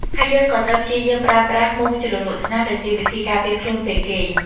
ហើយយើងក៏ត្រូវព្យាយាមប្រើប្រាស់ មុងជ្រលក់ថ្នាំ ដែលជាវិធីការពារខ្លួនពេលគេង។